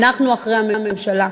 אנחנו אחרי הממשלה.